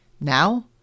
Now